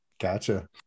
Gotcha